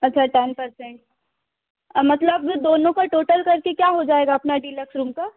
अच्छा ten percent मतलब दोनों का टोटल करके क्या हो जाएगा अपना डीलक्स रूम का